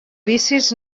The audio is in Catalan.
vicis